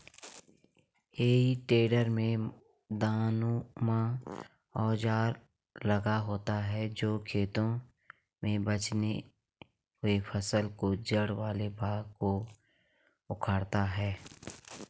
हेइ टेडर में दाँतनुमा औजार लगा होता है जो खेतों में बचे हुए फसल के जड़ वाले भाग को उखाड़ता है